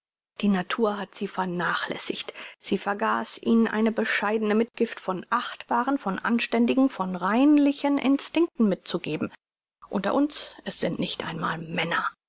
die natur hat sie vernachlässigt sie vergaß ihnen eine bescheidne mitgift von achtbaren von anständigen von reinlichen instinkten mitzugeben unter uns es sind nicht einmal männer